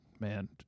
Man